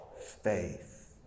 faith